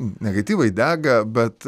negatyvai dega bet